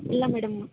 ಇಲ್ಲ ಮೇಡಮ್